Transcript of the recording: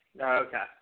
Okay